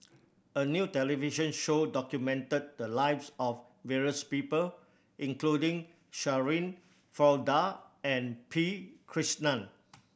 a new television show documented the lives of various people including Shirin Fozdar and P Krishnan